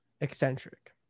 eccentric